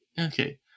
okay